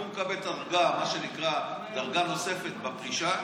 והוא מקבל דרגה, מה שנקרא דרגה נוספת בפרישה.